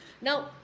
now